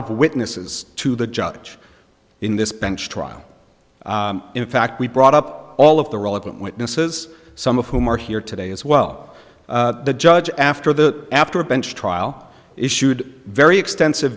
of witnesses to the judge in this bench trial in fact we brought up all of the relevant witnesses some of whom are here today as well the judge after the after a bench trial issued very extensive